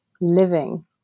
living